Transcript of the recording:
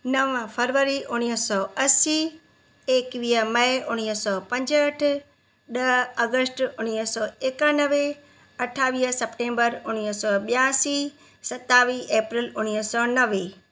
नव फरवरी उणिवीह सौ असी एकवीह मई उणिवीह सौ पंजहठि ॾह अगस्ट उणिवीह सौ एकानवे अठावीह सेप्टेंबर उणिवीह सौ ॿियासी सतावीह अप्रैल उणिवीह सौ नवे